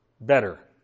better